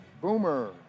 Boomer